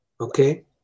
Okay